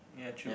ya true